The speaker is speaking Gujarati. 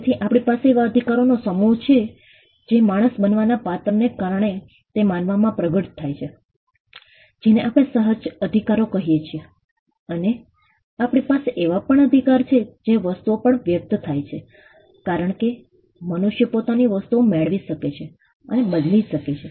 તેથી આપણી પાસે એવા અધિકારોનો સમૂહ છે જે માણસ બનવાના પાત્રને કારણે તે માનવમાં પ્રગટ થાય છે જેને આપણે સહજ અધિકારો કહીએ છીએ અને આપણી પાસે એવા પણ અધિકાર છે જે વસ્તુઓ પર વ્યક્ત થાય છે કારણ કે મનુષ્ય પોતાની વસ્તુઓ મેળવી શકે છે અને બદલી શકે છે